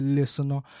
listener